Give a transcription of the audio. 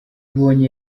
ubonye